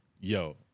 Yo